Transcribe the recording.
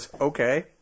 Okay